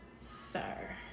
sir